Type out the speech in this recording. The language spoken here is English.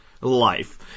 life